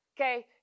okay